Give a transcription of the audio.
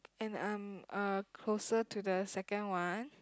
and I'm uh closer to the second one